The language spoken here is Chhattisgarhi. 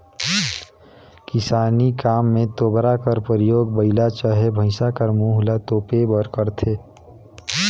किसानी काम मे तोबरा कर परियोग बइला चहे भइसा कर मुंह ल तोपे बर करथे